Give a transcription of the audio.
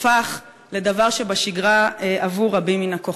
זה הפך לדבר שבשגרה עבור רבים מן הכוחות.